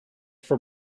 for